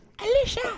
Alicia